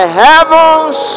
heavens